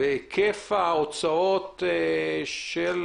בהיקף ההוצאות עבור